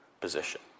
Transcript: position